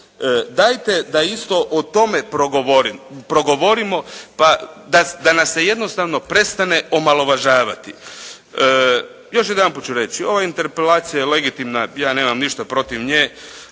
Dajte da isto o tome progovorimo, pa da nas se jednostavno prestane omalovažavati. Još jedanput ću reći, ova interpelacija je legitimna. Ja nemam ništa protiv nje,